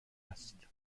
است